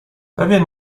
pewien